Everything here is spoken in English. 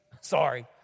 Sorry